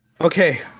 okay